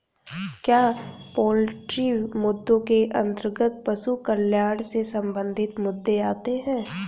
क्या पोल्ट्री मुद्दों के अंतर्गत पशु कल्याण से संबंधित मुद्दे आते हैं?